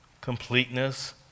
completeness